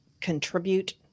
contribute